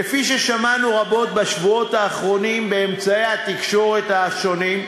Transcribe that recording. כפי ששמענו רבות בשבועות האחרונים באמצעי התקשורת השונים,